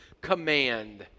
command